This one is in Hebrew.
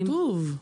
אבל כתוב.